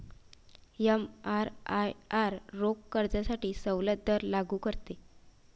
एमआरआयआर रोख कर्जासाठी सवलत दर लागू करते